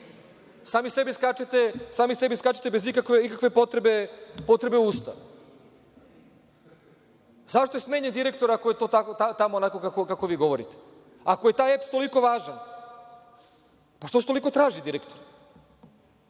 Sami sebi skačete u usta, bez ikakve potrebe.Zašto je smenjen direktor ako je tamo onako kako vi govorite? Ako je taj EPS toliko važan, zašto se toliko traži direktor?